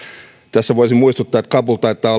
tässä voisin muistuttaa että kabul taitaa